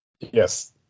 Yes